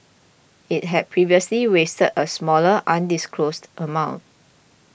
it had previously raised a smaller undisclosed amount